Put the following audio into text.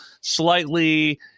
slightly